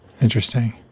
interesting